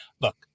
look